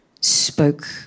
spoke